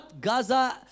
Gaza